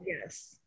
yes